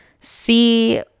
see